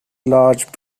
large